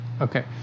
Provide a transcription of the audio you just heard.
okay